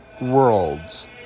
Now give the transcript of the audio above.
worlds